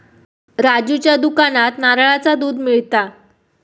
राजूच्या दुकानात नारळाचा दुध मिळता